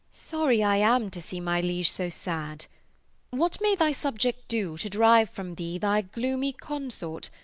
sorry i am to see my liege so sad what may thy subject do to drive from thee thy gloomy consort,